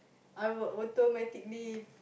I would automatically